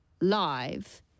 live